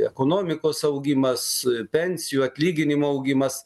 ekonomikos augimas pensijų atlyginimų augimas